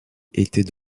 étaient